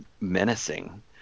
menacing